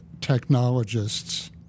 technologists